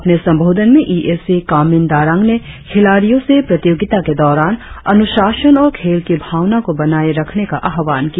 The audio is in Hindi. अपने संबोधन में E A C Kamin Darang ने खिलाड़ीयों से प्रतियोगिता के दौरान अनुशासन और खेल की भावना को बनाए रखने का आह्वान किया